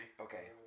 Okay